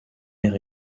air